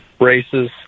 races